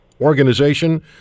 organization